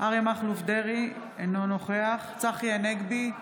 אריה מכלוף דרעי, אינו נוכח צחי הנגבי,